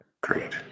Great